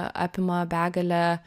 apima begalę